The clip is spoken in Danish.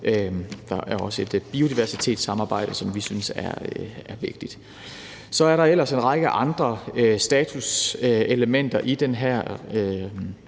Der er også et biodiversitetssamarbejde, som vi synes er vigtigt. Så er der ellers en række andre statuselementer i den her